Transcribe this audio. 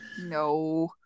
No